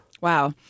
Wow